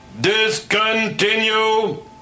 DISCONTINUE